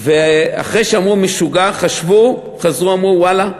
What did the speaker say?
ואחרי שאמרו "משוגע", חשבו ואמרו: ואללה,